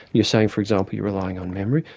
you're saying for example you're relying on memory,